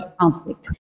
conflict